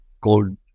called